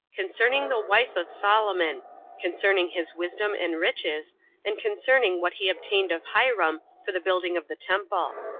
concerning the wife of solomon concerning his wisdom and riches and concerning what he obtained of hiram for the building of the temple.